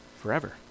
Forever